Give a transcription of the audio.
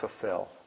fulfill